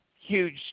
Huge